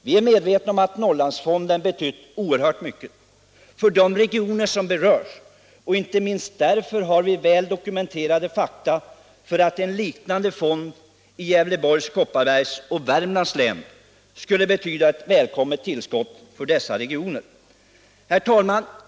Vi är medvetna om att Norrlandsfonden betytt oerhört mycket för de regioner som berörs, och inte minst därför har vi väl dokumenterade fakta för att en liknande fond i Gävleborgs, Kopparbergs och Värmlands län skulle betyda ett välkommet tillskott för dessa regioner.